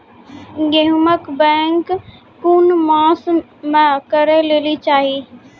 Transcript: गेहूँमक बौग कून मांस मअ करै लेली चाही?